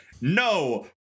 no